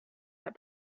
that